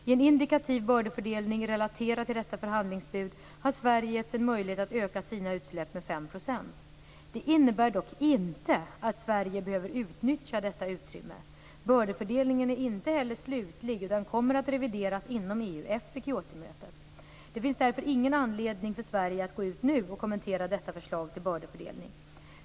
I en indikativ bördefördelning, relaterad till detta förhandlingsbud, har Sverige getts en möjlighet att öka sina utsläpp med 5 %. Detta innebär dock inte att Sverige behöver utnyttja detta utrymme. Bördefördelningen är inte heller slutlig utan kommer att revideras inom EU efter Kyotomötet. Det finns därför ingen anledning för Sverige att gå ut nu och kommentera detta förslag till bördefördelning.